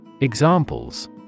Examples